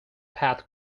path